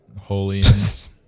holiness